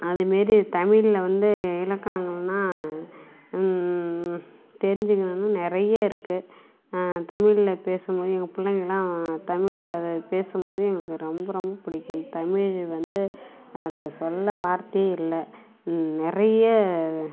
அதுமாரி தமிழில் வந்து இலக்கணங்கள்னால் தெரிஞ்சுக்கணுன்னு நிறைய இருக்குது தமிழில் பேசும் போது எங்கள் பிள்ளைங்கள்லாம் தமிழில் தான் பேசும் போது எங்களுக்கு ரொம்ப ரொம்ப பிடிக்கும் தமிழ் வந்து அதை சொல்ல வார்த்தையே இல்லை நிறைய